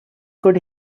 could